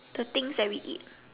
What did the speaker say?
the things that we eat